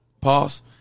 pause